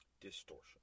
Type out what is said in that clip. Distortion